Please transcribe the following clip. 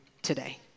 today